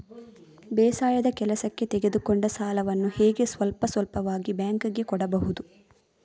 ಬೇಸಾಯದ ಕೆಲಸಕ್ಕೆ ತೆಗೆದುಕೊಂಡ ಸಾಲವನ್ನು ಹೇಗೆ ಸ್ವಲ್ಪ ಸ್ವಲ್ಪವಾಗಿ ಬ್ಯಾಂಕ್ ಗೆ ಕೊಡಬಹುದು?